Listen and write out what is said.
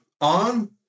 on